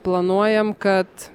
planuojam kad